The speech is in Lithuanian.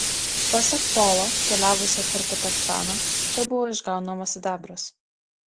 pasak polo keliavusio per badachšaną čia buvo išgaunamas sidabras